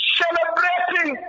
celebrating